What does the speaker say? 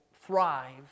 thrive